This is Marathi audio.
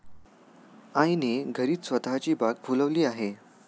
आईने घरीच स्वतःची बाग फुलवली आहे